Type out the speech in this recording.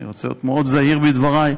אני צריך להיות זהיר מאוד בדברי,